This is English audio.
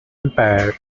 empire